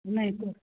नहीं तो